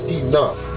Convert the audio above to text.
enough